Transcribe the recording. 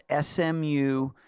SMU